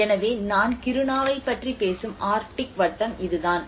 எனவே நான் கிருணாவைப் பற்றி பேசும் ஆர்க்டிக் வட்டம் இதுதான்